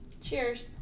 Cheers